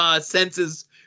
senses